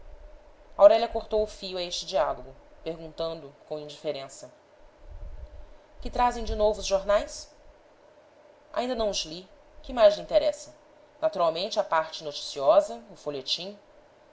e somente deveres aurélia cortou o fio a este diálogo perguntando com indiferença que trazem de novo os jornais ainda não os li que mais lhe interessa naturalmente a parte noticiosa o folhetim